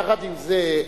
יחד עם זה,